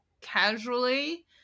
casually